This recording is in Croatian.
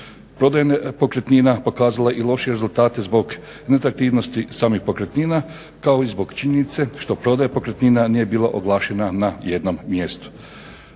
Prodaja pokretnina pokazala je i lošije rezultate zbog neatraktivnosti samih pokretnina kao i zbog činjenice što prodaja pokretnina nije bila oglašena na jednom mjestu.